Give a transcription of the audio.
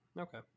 Okay